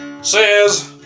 says